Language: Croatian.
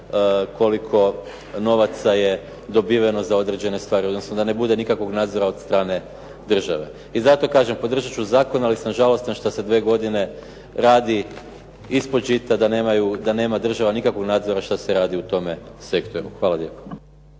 koliko novaca je dobiveno za određene stvari, odnosno da ne bude nikakvog nadzora od strane države. I zato kažem, podržat ću zakon. Ali sam žalostan što se dvije godine gradi ispod žita, da nema država nikakvog nadzora što se radi u tome sektoru. Hvala lijepo.